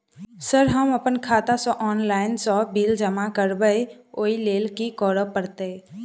Sir हम अप्पन खाता सऽ ऑनलाइन सऽ बिल सब जमा करबैई ओई लैल की करऽ परतै?